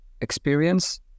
experience